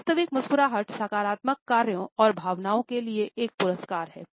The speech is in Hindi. वास्तविक मुस्कुराहट सकारात्मक कार्यों और भावनाओं के लिए एक पुरस्कार है